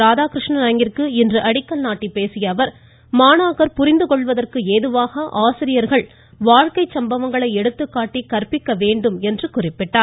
ராதாகிருஷ்ணன் அரங்கிற்கு இன்று அடிக்கல் நாட்டிப் பேசிய அவர் மாணாக்கர் புரிந்து கொள்வதற்கு ஏதுவாக ஆசிரியர்கள் வாழ்க்கை சம்பவங்களை எடுத்துக்காட்டி கற்பிக்க வேண்டும் என்று குறிப்பிட்டார்